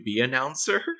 announcer